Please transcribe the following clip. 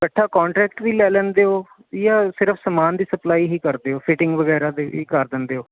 ਕੱਠਾ ਕੋਂਟਰੈਕਟ ਵੀ ਲੈ ਲੈਂਦੇ ਹੋ ਜਾਂ ਸਿਰਫ ਸਮਾਨ ਦੀ ਸਪਲਾਈ ਹੀ ਕਰਦੇ ਹੋ ਫਿਟਿੰਗ ਵਗੈਰਾ ਤੇ ਇਹ ਕਰ ਦਿੰਦੇ ਹੋ